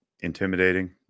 intimidating